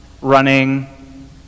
running